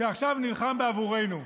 שעכשיו נלחם בעבורנו.